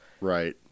Right